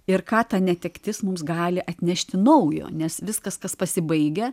ir ką ta netektis mums gali atnešti naujo nes viskas kas pasibaigia